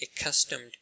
accustomed